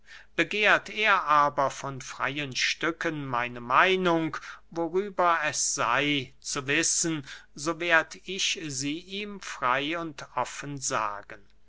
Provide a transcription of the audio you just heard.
begehrt er aber von freyen stücken meine meinung worüber es sey zu wissen so werd ich sie ihm frey und offen sagen